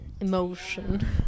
Emotion